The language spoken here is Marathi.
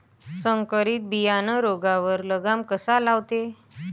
संकरीत बियानं रोगावर लगाम कसा लावते?